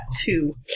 two